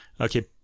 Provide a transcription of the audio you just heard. Okay